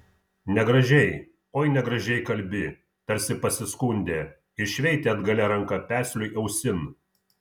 negražiai oi negražiai kalbi tarsi pasiskundė ir šveitė atgalia ranka pesliui ausin